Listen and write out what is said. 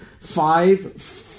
five